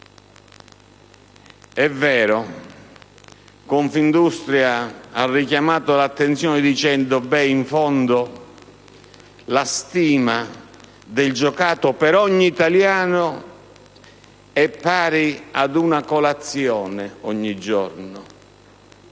È vero, Confindustria ha richiamato l'attenzione dicendo che in fondo la stima del giocato per ogni italiano è pari ad una colazione ogni giorno,